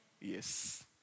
Yes